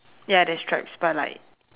ya there's stripes but like